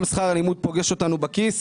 גם שכר הלימוד פוגש אותנו בכיס.